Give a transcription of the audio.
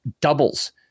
doubles